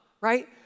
right